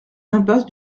impasse